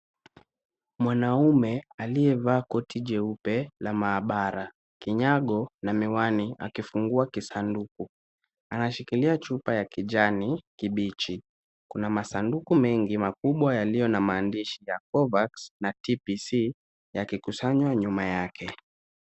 Mwanaume aliyevaa koti jeupe la maabara, kinyago na miwani akifunguwa kisanduku, anashikilia chupa ya kijani kibichi, kuna masanduku mengi makubwa yaliyo na maandishi ya provax na Tpc yakikusanywa nyuma yake.